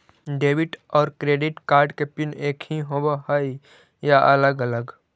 Debit और credit card के PIN एकही होव हइ या अलग अलग?